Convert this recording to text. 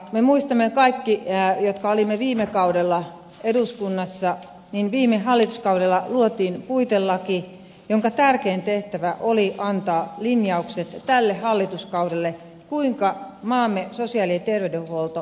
me muistamme kaikki jotka olimme viime kaudella eduskunnassa että viime hallituskaudella luotiin puitelaki jonka tärkein tehtävä oli antaa linjaukset tälle hallituskaudelle siitä kuinka maamme sosiaali ja terveydenhuolto tultaisiin toteuttamaan